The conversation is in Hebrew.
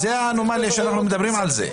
זו האנומליה, אנחנו מדברים על זה.